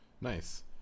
nice